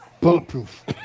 bulletproof